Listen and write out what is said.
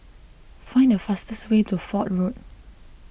find the fastest way to Fort Road